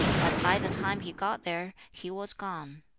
but by the time he got there he was gone.